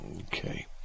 okay